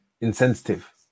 insensitive